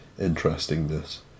interestingness